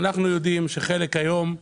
אנחנו יודעים שהיום חלק